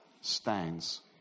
stands